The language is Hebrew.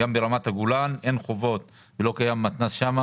גם ברמת הגולן אין חובות ולא קיים שם מתנ"ס.